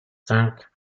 cinq